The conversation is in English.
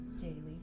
Daily